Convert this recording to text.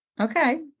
Okay